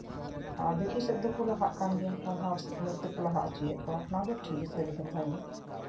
ᱟᱨ ᱫᱮᱠᱳ ᱥᱮᱫ ᱫᱚᱠᱚ ᱞᱟᱦᱟᱜ ᱠᱟᱱ ᱜᱮᱭᱟ ᱯᱟᱲᱦᱟᱣ ᱥᱤᱠᱷᱱᱟᱹᱛ ᱛᱮᱠᱚ ᱞᱟᱦᱟᱜ ᱦᱚᱪᱚᱭᱮᱫ ᱠᱚᱣᱟ ᱚᱱᱟ ᱫᱚ ᱴᱷᱤᱠ ᱥᱟᱹᱨᱤ ᱠᱟᱛᱷᱟ ᱜᱮ